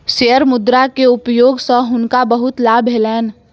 share मुद्रा के उपयोग सॅ हुनका बहुत लाभ भेलैन